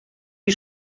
die